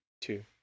two